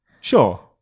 Sure